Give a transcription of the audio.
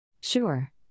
Sure